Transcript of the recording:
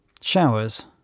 Showers